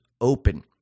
open